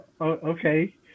okay